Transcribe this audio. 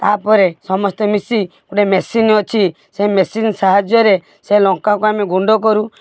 ତା'ପରେ ସମସ୍ତେ ମିଶି ଗୋଟେ ମେସିନ ଅଛି ସେଇ ମେସିନ୍ ସାହାଯ୍ୟରେ ସେ ଲଙ୍କାକୁ ଆମେ ଗୁଣ୍ଡ କରୁ